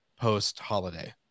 post-holiday